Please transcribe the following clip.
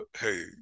hey